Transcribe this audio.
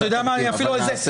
אתה יודע מה אני אפילו את זה,